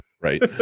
Right